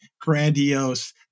grandiose